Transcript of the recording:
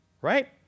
right